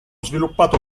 sviluppato